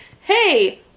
hey